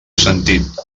sentit